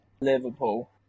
Liverpool